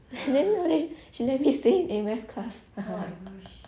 then you know what she did she let me stay in A math class